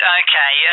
okay